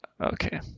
Okay